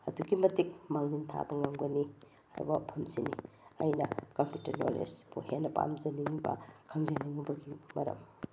ꯑꯗꯨꯛꯀꯤ ꯃꯇꯤꯛ ꯃꯥꯡꯖꯤꯟ ꯊꯥꯕ ꯉꯝꯒꯅꯤ ꯍꯥꯏꯕ ꯋꯥꯐꯝꯁꯤꯅꯤ ꯑꯩꯅ ꯀꯝꯄ꯭ꯌꯨꯇ꯭ꯔ ꯅꯣꯂꯦꯖꯄꯨ ꯍꯦꯟꯅ ꯄꯥꯝꯖꯅꯤꯡꯏꯕ ꯈꯪꯖꯅꯤꯡꯉꯨꯕꯒꯤ ꯃꯔꯝ